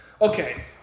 okay